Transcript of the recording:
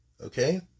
okay